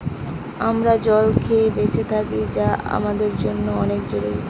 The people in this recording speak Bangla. আমরা জল খেয়ে বেঁচে থাকি যা আমাদের জন্যে অনেক জরুরি